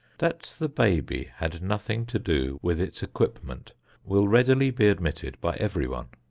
that the baby had nothing to do with its equipment will readily be admitted by everyone.